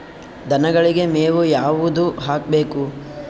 ದನಗಳಿಗೆ ಮೇವು ಯಾವುದು ಹಾಕ್ಬೇಕು?